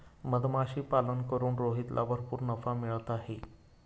मधमाशीपालन करून रोहितला भरपूर नफा मिळत आहे